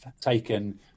taken